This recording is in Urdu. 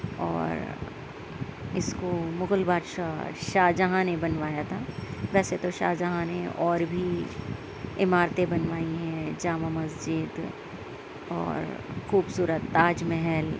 اور اِس کو مغل بادشاہ شاہ جہاں نے بنوایا تھا ویسے تو شاہ جہاں نے اور بھی عمارتیں بنوائی ہیں جامع مسجد اور خوبصورت تاج محل